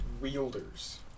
Wielders